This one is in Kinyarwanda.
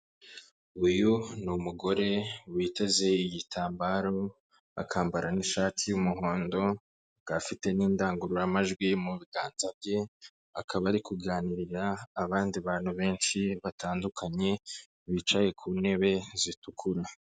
Uyu ni umugore witeze igitambaro akambara n'ishati y'umuhondo, akaba afite n'indangururamajwi mu biganza bye, akaba ari kuganirira abandi bantu benshi batandukanye bicaye ku ntebe zitukura.